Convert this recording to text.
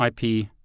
IP